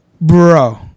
bro